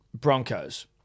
Broncos